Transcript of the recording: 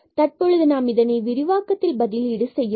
தற்பொழுது நாம் இதனை இந்த விரிவாக்கத்தில் பதிலீடு செய்யலாம்